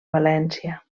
valència